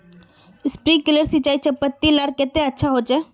Sprinkler सिंचाई चयपत्ति लार केते अच्छा होचए?